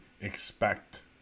expect